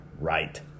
right